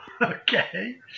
Okay